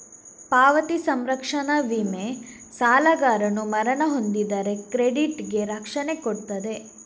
ಪಾವತಿ ಸಂರಕ್ಷಣಾ ವಿಮೆ ಸಾಲಗಾರನು ಮರಣ ಹೊಂದಿದರೆ ಕ್ರೆಡಿಟ್ ಗೆ ರಕ್ಷಣೆ ಕೊಡ್ತದೆ